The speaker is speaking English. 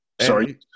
Sorry